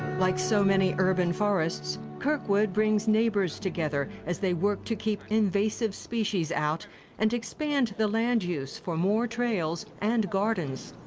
like so many urban forests, kirkwood brings neighbors together as they work to keep invasive species out and expand the land use for more trails and gardens.